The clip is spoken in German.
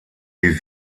die